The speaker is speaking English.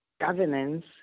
Governance